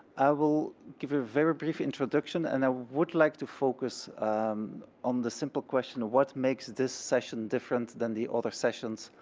i will give a very brief introduction, and i would like to focus on the simple question of what makes this session different than the other sessions